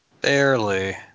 Barely